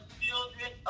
children